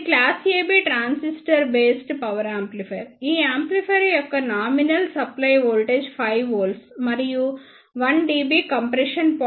ఇది class AB transistor based power amplifier ఈ amplifier యొక్క నామినల్ సప్ప్లై వోల్టేజ్ 5 V మరియు 1 dB కంప్రెషన్ పాయింట్ 33